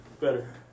better